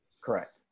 Correct